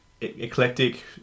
eclectic